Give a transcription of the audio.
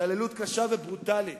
התעללות קשה וברוטלית,